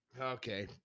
Okay